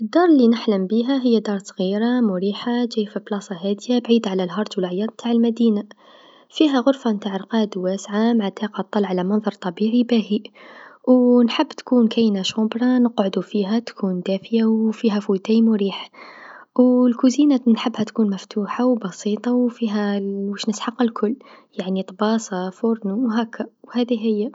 الدار لنحلم بيها هي دار صغيره مريحه جاي في بلاصه هاديه بعيده على الهرج و لعياط تع المدينه فيها غرفه نتع رقاد واسعه مع تاقه طل على منظر طبيعي باهي، و نحب تكون كاينه شومبرا نقعدو فيها تكون دافيا و فيها فوتاي مريح، و الكوزينه نحبها تكون مفتوحه و بسيطه و فيها واش نسحق الكل يعني طباسا فورنو و هكا هذي هي.